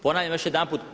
Ponavljam još jedanput.